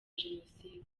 jenoside